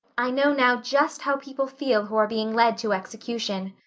i know now just how people feel who are being led to execution.